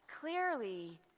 clearly